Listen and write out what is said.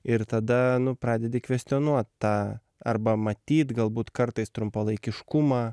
ir tada pradedi kvestionuot tą arba matyt galbūt kartais trumpalaikiškumą